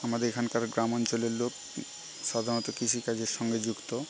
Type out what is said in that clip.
আমাদের এখানকার গ্রামাঞ্চলের লোক সাধারণত কৃষিকাজের সঙ্গে যুক্ত